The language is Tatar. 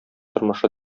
тормышы